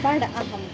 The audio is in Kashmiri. بَڑٕ اہم